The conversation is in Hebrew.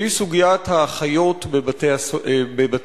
והיא סוגיית האחיות בבתי-הספר.